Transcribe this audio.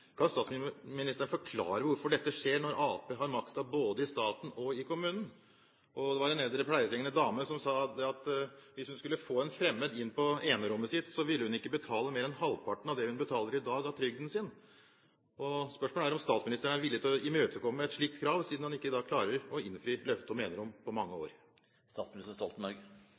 i kommunen? Det var en eldre pleietrengende dame som sa at hvis hun skulle få en fremmed inn på enerommet sitt, ville hun ikke betale mer enn halvparten av det hun betaler i dag av trygden sin. Spørsmålet er om statsministeren er villig til å imøtekomme et slikt krav, siden han ikke klarer å innfri løftet om enerom på mange